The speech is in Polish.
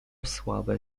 słabe